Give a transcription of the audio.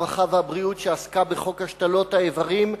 הרווחה והבריאות שעסקה בחוק השתלת איברים,